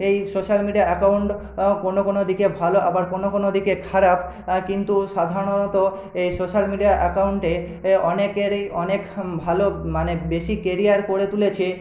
এই social media account কোনো কোনো দিকে ভালো আবার কোনো কোনো দিকে খারাপ কিন্তু সাধারণত এই সোশ্যাল মিডিয়া অ্যাকাউন্টে এ অনেকেরই অনেক ভালো মানে বেশি কেরিয়ার করে তুলেছে